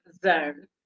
zone